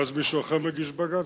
ואז מישהו אחר מגיש בג"ץ,